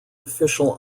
official